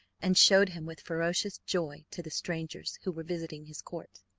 and showed him, with ferocious joy, to the strangers who were visiting his court.